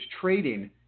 trading